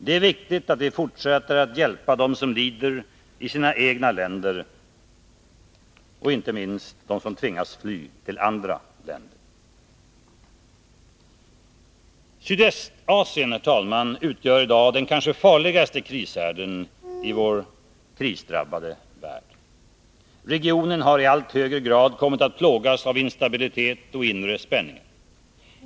Det är viktigt att vi fortsätter att hjälpa dem som lider i sina egna länder och inte minst dem som tvingats fly till andra länder. Sydvästasien, herr talman, utgör i dag den kanske farligaste krishärden i vår krisdrabbade värld. Regionen har i allt högre grad kommit att plågas av instabilitet och inre spänningar.